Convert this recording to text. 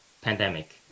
pandemic